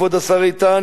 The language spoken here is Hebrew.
כבוד השר איתן,